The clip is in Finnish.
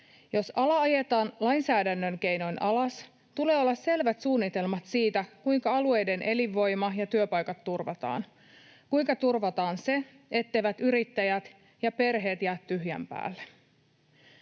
Jos ala ajetaan lainsäädännön keinoin alas, tulee olla selvät suunnitelmat siitä, kuinka alueiden elinvoima ja työpaikat turvataan, kuinka turvataan se, etteivät yrittäjät ja perheet jää tyhjän päälle.